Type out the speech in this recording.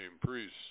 priests